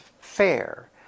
fair